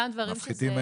מפחיתים,